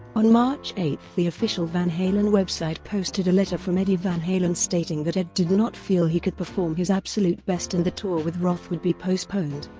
on march eight the official van halen website posted a letter from eddie van halen stating that ed did not feel he could perform his absolute best and the tour with roth would be postponed.